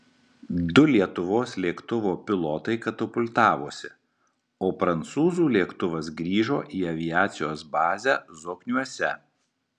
du lietuvos lėktuvo pilotai katapultavosi o prancūzų lėktuvas grįžo į aviacijos bazę zokniuose